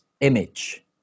image